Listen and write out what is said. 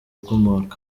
bw’umuntu